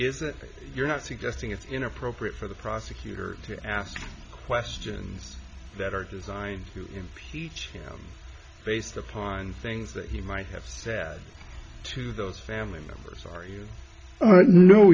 that you're not suggesting it's inappropriate for the prosecutor to ask questions that are designed to impeach him based upon things that he might have sat to those family members are you